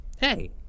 Hey